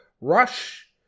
rush